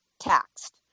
taxed